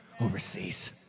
overseas